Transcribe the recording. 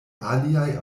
aliaj